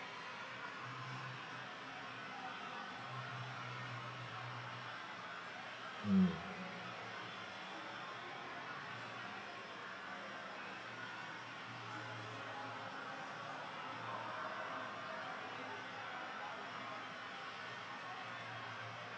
mm